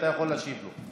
אתה יכול להשיב לו.